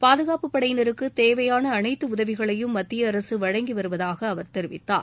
பாதுகாப்புப் படையினருக்கு தேவையான அனைத்து உதவிகளையும் மத்திய அரசு வழங்கி வருவதாக அவர் தெரிவித்தார்